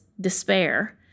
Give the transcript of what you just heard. despair